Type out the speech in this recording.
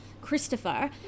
Christopher